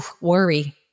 worry